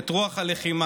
את רוח הלחימה,